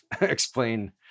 explain